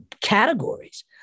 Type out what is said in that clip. categories